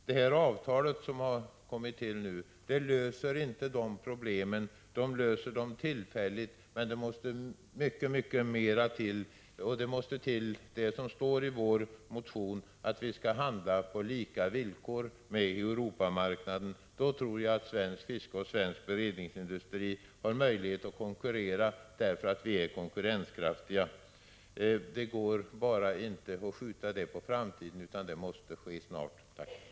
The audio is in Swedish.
De avtal som tillkommit löser problemen endast tillfälligt. Det måste till mycket mer. Det krävs vad som står i vår motion: att vi får handla på lika villkor när det gäller Europamarknaden. Blir det så tror jag att svenskt fiske och svensk beredningsindustri kan konkurrera. Men problemen kan inte skjutas på framtiden, utan det måste ske någonting snart.